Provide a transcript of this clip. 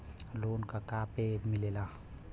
Loan का का पे मिलेला?